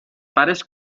pares